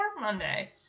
Monday